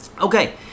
Okay